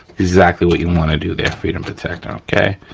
exactly what you wanna do there, freedom protector, okay,